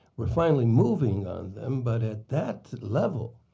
we're finally moving on them. but at that level,